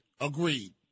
Agreed